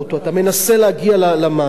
אתה מנסה להגיע למים,